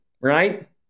right